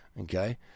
okay